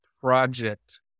project